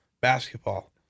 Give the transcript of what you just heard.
basketball